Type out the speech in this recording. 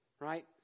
right